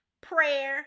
prayer